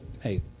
hey